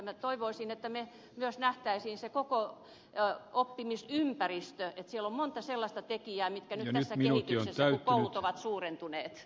minä toivoisin että me myös näkisimme sen koko oppimisympäristön että siellä on monta sellaista tekijää mitkä nyt tässä kehityksessä vaikuttavat kun koulut ovat suurentuneet